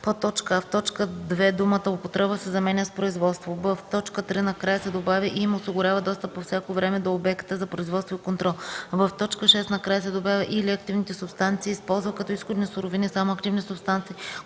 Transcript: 1: а) в т. 2 думата „употреба” се заменя с „производство”; б) в т. 3 накрая се добавя „и им осигурява достъп по всяко време до обекта за производство и контрол”; в) в т. 6 накрая се добавя „и/или активните субстанции и използва като изходни суровини само активни субстанции,